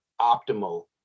Optimal